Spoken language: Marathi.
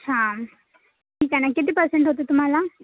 अच्छा ठीक आहे ना किती पर्सेंट होते तुम्हाला